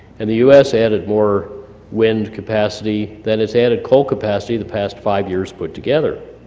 and the u s. added more wind capacity than its added coal capacity the past five years put together.